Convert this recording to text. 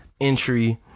entry